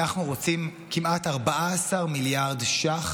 אנחנו רוצים כמעט 14 מיליארד ש"ח